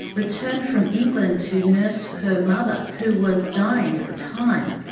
returned from england to nurse her mother who was dying at the time,